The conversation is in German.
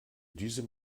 diesem